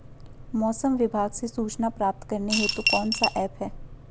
मौसम विभाग से सूचना प्राप्त करने हेतु कौन सा ऐप है?